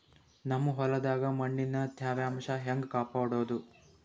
ನಮ್ ಹೊಲದಾಗ ಮಣ್ಣಿನ ತ್ಯಾವಾಂಶ ಹೆಂಗ ಕಾಪಾಡೋದು?